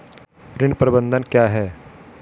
ऋण प्रबंधन क्या है?